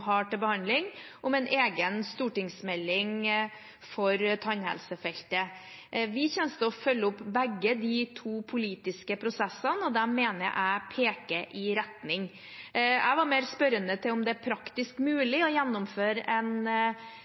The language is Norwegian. har til behandling, om en egen stortingsmelding for tannhelsefeltet. Vi kommer til å følge opp begge de to politiske prosessene, og de mener jeg peker i en retning. Jeg var mer spørrende til om det er praktisk mulig å gjennomføre en